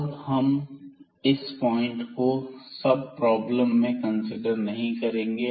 अब हम इस पॉइंट को इस सब प्रॉब्लम में कंसीडर नहीं करेंगे